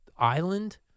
Island